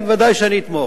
ודאי שאני אתמוך.